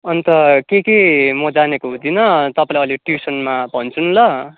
अन्त के के म जानेको हुँदिनँ तपाईँलाई अहिले ट्युसनमा भन्छु नि ल